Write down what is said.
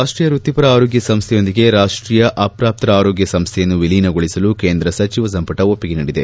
ರಾಷ್ಟೀಯ ವೃತ್ತಿಪರ ಆರೋಗ್ಯ ಸಂಸ್ಥೆಯೊಂದಿಗೆ ರಾಷ್ಟೀಯ ಅಪ್ರಾಪ್ತರ ಆರೋಗ್ಯ ಸಂಸ್ಥೆಯನ್ನು ವಿಲೀನಗೊಳಿಸಲು ಕೇಂದ್ರ ಸಚಿವ ಸಂಪುಟ ಒಪ್ಪಿಗೆ ನೀಡಿದೆ